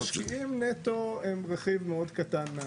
המשקיעים נטו הם רכיב מאוד קטן מהשוק,